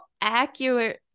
accurate